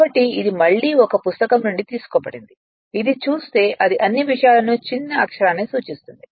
కాబట్టి ఇది మళ్ళీ ఒక పుస్తకం నుండి తీసుకోబడింది ఇది చూస్తే అది అన్ని విషయాలను చిన్న అక్షరాన్ని సూచిస్తుంది